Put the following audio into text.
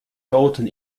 golden